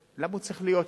למה הוא צריך להיות שם?